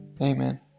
Amen